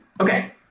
Okay